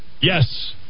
Yes